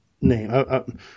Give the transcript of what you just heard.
name